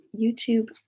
YouTube